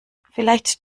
vielleicht